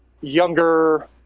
younger